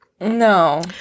no